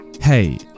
Hey